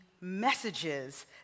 messages